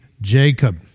Jacob